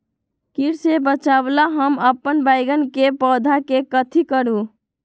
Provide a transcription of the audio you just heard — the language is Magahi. किट से बचावला हम अपन बैंगन के पौधा के कथी करू?